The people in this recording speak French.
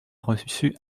reçu